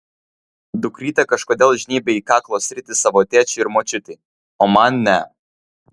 dukrytė kažkodėl žnybia į kaklo sritį savo tėčiui ir močiutei o man ne